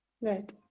right